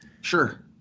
Sure